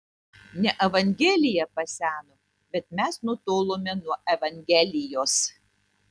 ne evangelija paseno bet mes nutolome nuo evangelijos